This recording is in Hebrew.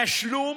שתשלום